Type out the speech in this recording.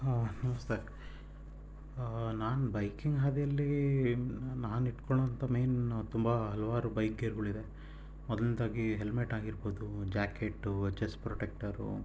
ನಮಸ್ತೆ ನಾನು ಬೈಕಿಂಗ್ ಹಾದಿಯಲ್ಲಿ ನಾನು ಇಟ್ಕೊಳೋಂಥ ಮೇಯ್ನ್ ತುಂಬ ಹಲವಾರು ಬೈಕ್ ಗೇರ್ಗಳಿವೆ ಮೊದಲ್ನೇದಾಗಿ ಹೆಲ್ಮೆಟ್ ಆಗಿರ್ಬೋದು ಜಾಕೆಟ್ಟು ಚೆಸ್ಟ್ ಪ್ರೊಟೆಕ್ಟರು